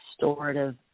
restorative